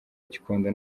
gikondo